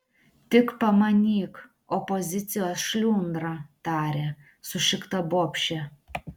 tik pamanyk opozicijos šliundra tarė sušikta bobšė